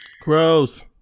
Gross